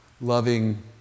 loving